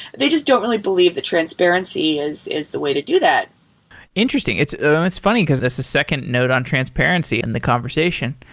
they just don't really believe that transparency is is the way to do that interesting. it's it's funny, because that's the second note on transparency in the conversation.